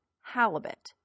halibut